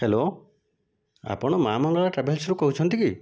hello ଆପଣ ମା' ମଙ୍ଗଳା ଟ୍ରାଭେଲ୍ସରୁ କହୁଛନ୍ତି କି